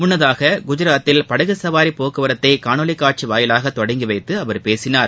முள்ளதாக குஜராத்தில் படகு சவாரி போக்குவரத்தை காணொலிக் காட்சி வாயிலாக தொடங்கி வைத்து அவர் பேசினார்